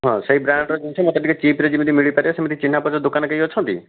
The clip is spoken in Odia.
ହଁ ସେଇ ବ୍ରାଣ୍ଡ୍ର ଜିନିଷ ମୋତେ ଟିକିଏ ଚିପ୍ରେ ଯେମିତି ମିଳିପାରିବ ସେମିତି ଚିହ୍ନା ପରିଚୟ ଦୋକାନ କେହି ଅଛନ୍ତି